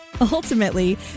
Ultimately